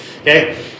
okay